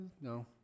No